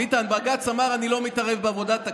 ביטן, בג"ץ אמר: אני לא מתערב בעבודת הכנסת.